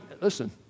Listen